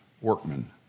workmen